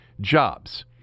jobs